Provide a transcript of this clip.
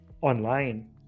online